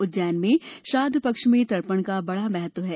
उज्जैन में श्राद्व पक्ष में तर्पण का बड़ा महत्व है